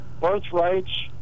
birthrights